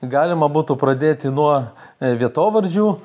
galima būtų pradėti nuo vietovardžių